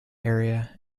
area